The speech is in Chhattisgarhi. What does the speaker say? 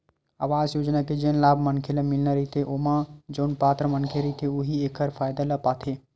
अवास योजना के जेन लाभ मनखे ल मिलना रहिथे ओमा जउन पात्र मनखे रहिथे उहीं ह एखर फायदा ल पाथे